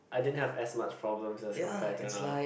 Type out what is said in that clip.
I didn't have as much problem as compared to now